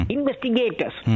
Investigators